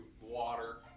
Water